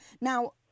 Now